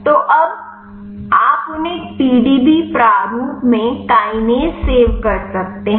तो अब आप उन्हें एक पीडीबी प्रारूप में kinase सेव कर सकते हैं